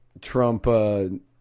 Trump